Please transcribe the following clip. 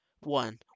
One